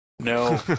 no